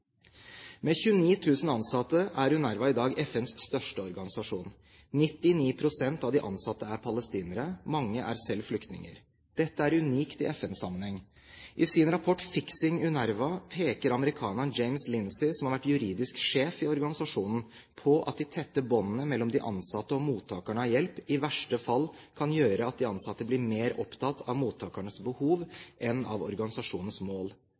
Med 29 000 ansatte er UNRWA i dag FNs største organisasjon. 99 pst. av de ansatte er palestinere. Mange er selv flyktninger. Dette er unikt i FN-sammenheng. I sin rapport, «Fixing UNRWA», peker amerikaneren James Lindsay, som har vært juridisk sjef i organisasjonen, på at de tette båndene mellom de ansatte og mottakerne av hjelp i verste fall kan gjøre at de ansatte blir mer opptatt av mottakernes behov enn av organisasjonens mål.